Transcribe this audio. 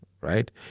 right